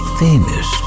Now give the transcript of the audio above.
famous